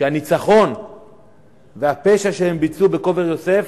שהניצחון והפשע שהם ביצעו בקבר-יוסף